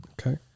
okay